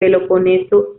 peloponeso